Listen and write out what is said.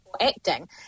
acting